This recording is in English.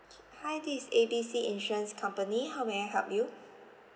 K hi this is A B C insurance company how may I help you